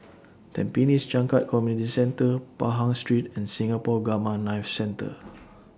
Tampines Changkat Community Centre Pahang Street and Singapore Gamma Knife Centre